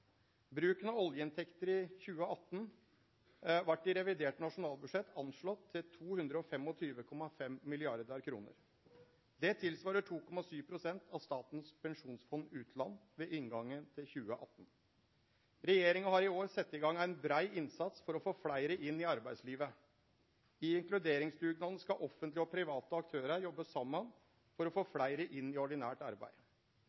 Bruken av oljeinntekter i 2018 vart i revidert nasjonalbudsjett anslått til 225,5 mrd. kr. Det svarar til 2,7 pst. av Statens pensjonsfond utland ved inngangen til 2018. Regjeringa har i år sett i gang ein brei innsats for å få fleire inn i arbeidslivet. I inkluderingsdugnaden skal offentlege og private aktørar jobbe saman for å få fleire inn i ordinært arbeid.